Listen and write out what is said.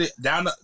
Down